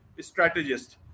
strategist